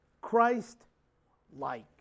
Christ-like